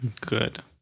Good